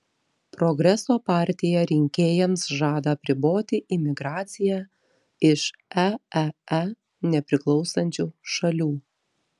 progreso partija rinkėjams žada apriboti imigraciją iš eee nepriklausančių šalių